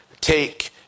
take